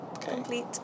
Complete